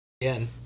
again